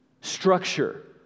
structure